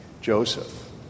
Joseph